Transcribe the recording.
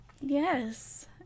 Yes